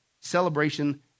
celebration